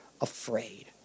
afraid